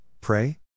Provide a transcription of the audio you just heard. pray